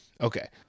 Okay